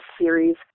Series